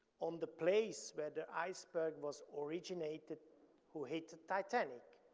on the place where the iceberg was originated who hit the titanic,